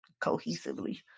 cohesively